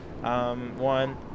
one